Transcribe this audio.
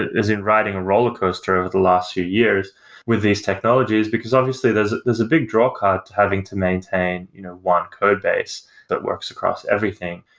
as in riding a roller coaster over the last few years with these technologies. because obviously, there's there's a big draw cut having to maintain you know one code base that works across everything.